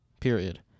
period